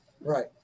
Right